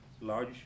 Large